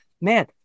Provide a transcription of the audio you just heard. Man